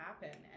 happen